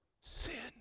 sin